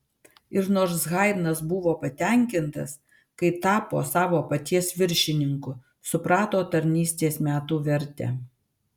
ir nors haidnas buvo patenkintas kai tapo savo paties viršininku suprato tarnystės metų vertę